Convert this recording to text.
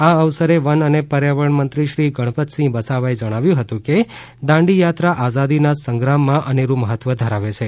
આ અવસરે વન અને પર્યાવરણ મંત્રીશ્રી ગણપતસિંહ વસાવાએ જણાવ્યું હતું કે દાંડીયાત્રાએ આઝાદીના સંગ્રામમાં અનેરૂ મહત્વ ધરાવે છે